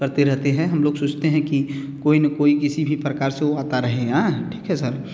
करते रहते हैं हम लोग सोचते हैं कि कोई ना कोई किसी भी प्रकार से वो आता रहे ठीक है सर